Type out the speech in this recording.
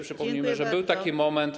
Przypomnijmy, że był taki moment.